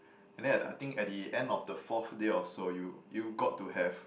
and then I think at the end of the fourth day or so you you got to have